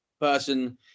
person